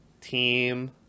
team